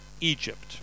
Egypt